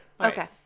Okay